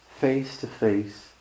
face-to-face